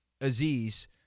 Aziz